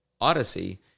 Odyssey